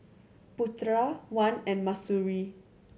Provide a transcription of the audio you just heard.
Putra Wan and Mahsuri